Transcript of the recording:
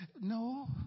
no